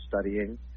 studying